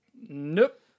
Nope